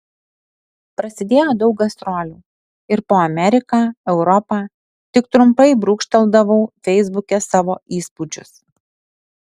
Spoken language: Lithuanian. prasidėjo daug gastrolių ir po ameriką europą tik trumpai brūkšteldavau feisbuke savo įspūdžius